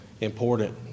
important